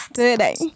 Today